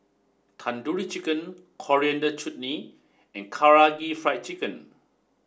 Tandoori Chicken Coriander Chutney and Karaage Fried Chicken